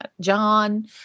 John